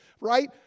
Right